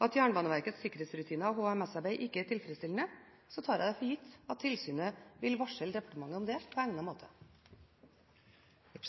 at Jernbaneverkets sikkerhetsrutiner og HMS-arbeid ikke er tilfredsstillende, tar jeg for gitt at tilsynet vil varsle departementet om dette på egnet måte. Jeg